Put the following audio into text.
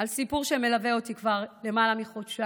על סיפור שמלווה אותי כבר למעלה מחודשיים,